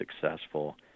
successful